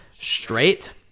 Straight